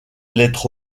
lettre